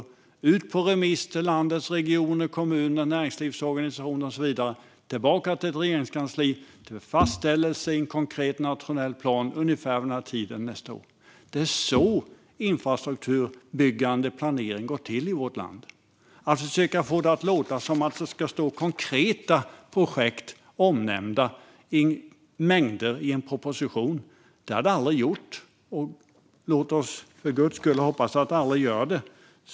Sedan skulle det gå ut på remiss till landets regioner, kommuner, näringslivsorganisationer och så vidare och därefter komma tillbaka till Regeringskansliet för fastställelse i en konkret nationell plan ungefär vid denna tid nästa år. Det är så infrastrukturplanering går till i vårt land. Att konkreta projekt står omnämnda i mängder i en proposition har aldrig skett, och låt oss för guds skull hoppas att det aldrig gör det.